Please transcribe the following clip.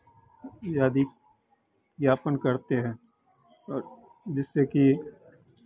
आदि यापन करते हैं और जिससे कि ये